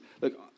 look